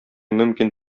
мөмкин